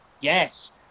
Yes